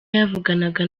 yavuganaga